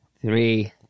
Three